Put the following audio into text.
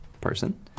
person